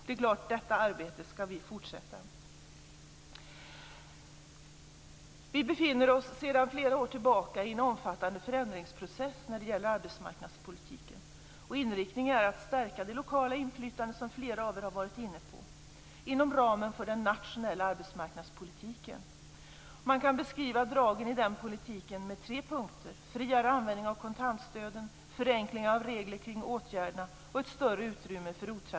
Det är klart att vi skall fortsätta detta arbete. Vi befinner oss sedan flera år tillbaka i en omfattande förändringsprocess när det gäller arbetsmarknadspolitiken. Inriktningen är att stärka det lokala inflytande som flera av er har varit inne på inom ramen för den nationella arbetsmarknadspolitiken. Man kan beskriva dragen i den politiken i tre punkter.